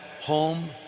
home